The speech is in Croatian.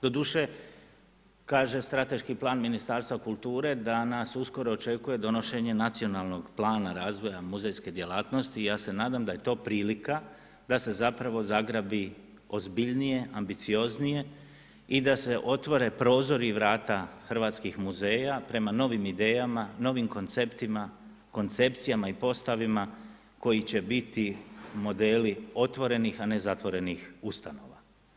Doduše, kaže strateški plan Ministarstva kulture da nas uskoro očekuje donošenje Nacionalnog plana razvoja muzejske djelatnosti, ja se nadam da je to prilika da se zapravo zagrabi ozbiljnije, ambicioznije i da se otvore prozori i vrata hrvatskih muzeja prema novim idejama i novim konceptima, koncepcijama i postavima koji će biti modeli otvorenih a ne zatvorenih ustanova.